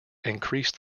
increase